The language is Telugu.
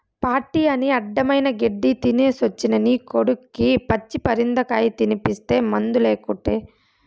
పార్టీ అని అడ్డమైన గెడ్డీ తినేసొచ్చిన నీ కొడుక్కి పచ్చి పరిందకాయ తినిపిస్తీ మందులేకుటే